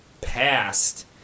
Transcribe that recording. past